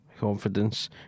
confidence